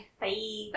Bye